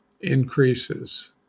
increases